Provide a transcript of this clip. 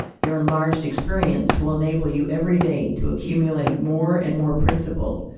your enlarged experience will enable you every day to accumulate more and more principal,